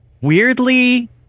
weirdly